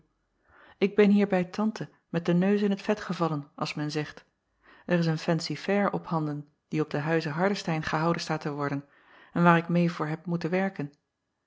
k ben hier bij ante met den neus in t vet gevallen als men zegt er is een fancy-fair ophanden die op den huize ardestein gehouden staat te worden en waar ik meê voor heb moeten werken